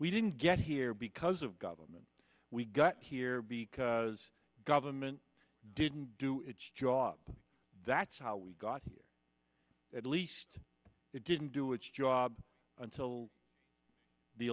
we didn't get here because of government we got here because government didn't do its job that's how we got here at least it didn't do its job until the